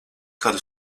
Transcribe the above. kādu